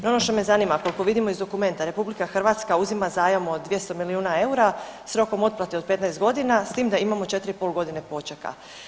No, ono što me zanima, koliko vidimo iz dokumenta, RH uzima zajam od 200 milijuna eura, s rokom otplate od 15 godina s tim da imamo 4,5 godine počeka.